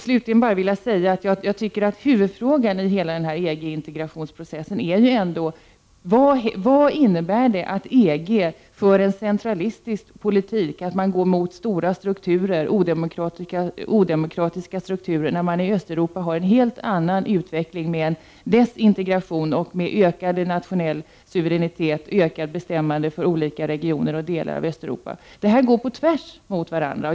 Slutligen vill jag säga att frågan i hela EG-integrationsprocessen ju är denna: Vad innebär det att EG för en centralistisk politik? EG går mot stora och odemokratiska strukturer, när man i Östeuropa har en helt annan utveckling med desintegration och ökad nationell suveränitet och ökat regionalt bestämmande. Dessa utvecklingar går rakt emot varandra.